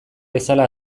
bezala